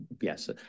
yes